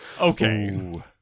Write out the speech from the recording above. Okay